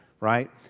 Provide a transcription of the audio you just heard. right